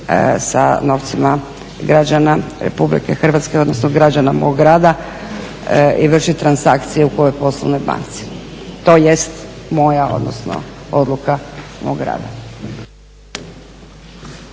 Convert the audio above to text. sa novcima građana Republike Hrvatske odnosno građana mog grada i vršiti transakcije u kojoj poslovnoj banci tj. moja odnosno odluka mog grada.